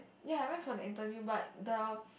ya I went for the interview but the